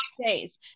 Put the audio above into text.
days